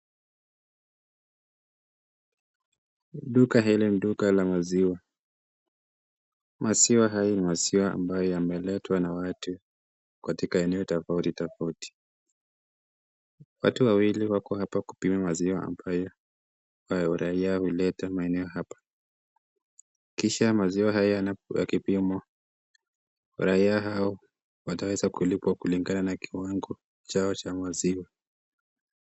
Duka hili ni duka la maziwa. Maziwa haya ni maziwa ambayo yameletwa na watu katika eneo tofauti tofauti. Watu wawili wako hapa kupima maziwa ambayo raia huleta maeneo hapa. Kisha maziwa haya yakipimwa, raia hao wataweza kulipwa kulingana na kiwango chao cha maziwa.